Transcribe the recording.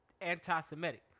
anti-Semitic